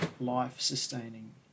life-sustaining